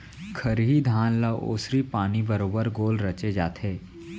खरही धान ल ओसरी पानी बरोबर गोल रचे जाथे